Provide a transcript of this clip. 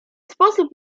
sposób